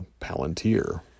Palantir